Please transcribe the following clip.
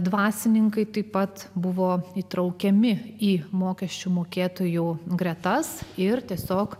dvasininkai taip pat buvo įtraukiami į mokesčių mokėtojų gretas ir tiesiog